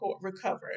recovered